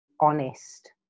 honest